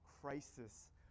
crisis